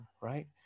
right